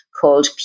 called